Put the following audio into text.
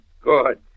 Good